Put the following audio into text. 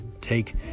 take